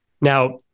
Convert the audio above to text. Now